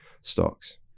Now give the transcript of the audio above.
stocks